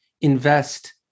invest